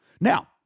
now